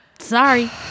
sorry